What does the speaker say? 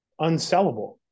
unsellable